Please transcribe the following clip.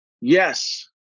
Yes